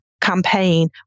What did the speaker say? campaign